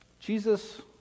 Jesus